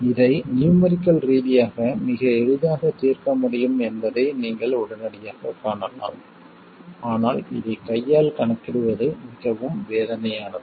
இதை நியூமெரிக்கல் ரீதியாக மிக எளிதாக தீர்க்க முடியும் என்பதை நீங்கள் உடனடியாகக் காணலாம் ஆனால் இதை கையால் கணக்கிடுவது மிகவும் வேதனையானது